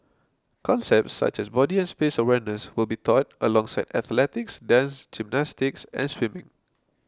concepts such as body and space awareness will be taught alongside athletics dance gymnastics and swimming